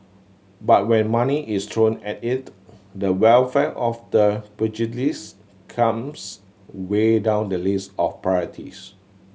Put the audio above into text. but when money is thrown at it the welfare of the pugilist comes way down the list of priorities